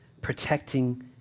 protecting